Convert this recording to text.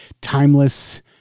timeless